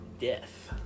Death